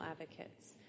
advocates